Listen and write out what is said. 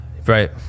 right